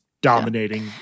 dominating